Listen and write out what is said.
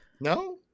No